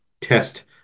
test